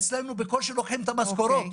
אצלנו בקושי לוקחים את המשכורות.